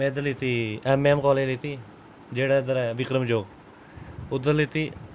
में इद्धर लैती एमएएम कालेज लैती जेह्ड़ा इद्धर ऐ विक्रम चौक उद्धर लैती